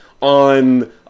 on